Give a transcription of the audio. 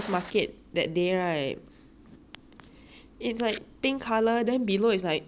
it's like pink colour then below is like mermaid like that one oh my god so nice